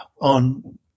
on